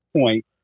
point